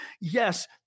yes